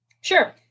sure